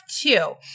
two